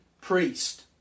priest